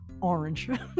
orange